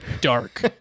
dark